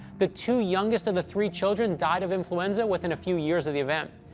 the two youngest of the three children died of influenza within a few years of the event,